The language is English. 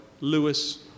Lewis